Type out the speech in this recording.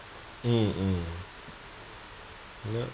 mm mm ya